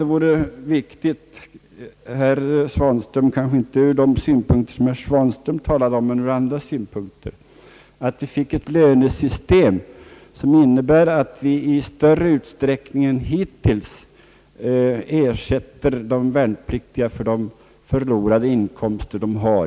Det är viktigt — kanske inte så mycket ur de synpunkter som herr Svanström här anfört utan mer ur andra synpunkter — att vi får ett lönesystem som innebär att de värnpliktiga i större utsträckning än hittills varit fallet ersätts för förlorad arbetsförtjänst under inkallelseperioden.